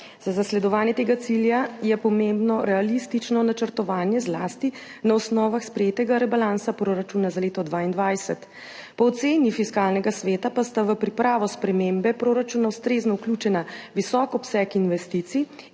Za zasledovanje tega cilja je pomembno realistično načrtovanje, zlasti na osnovah sprejetega rebalansa proračuna za leto 2022. Po oceni Fiskalnega sveta pa sta v pripravo spremembe proračuna ustrezno vključena visok obseg investicij